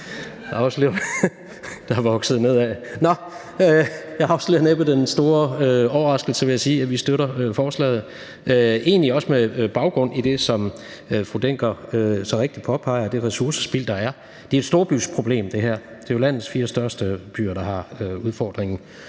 Jeg afslører næppe den store overraskelse ved at sige, at vi støtter forslaget, egentlig også med baggrund i det, som fru Mette Hjermind Dencker så rigtigt påpeger, nemlig det ressourcespild, der er. Det her er jo et storbyproblem – det er landets fire største byer, der har udfordringen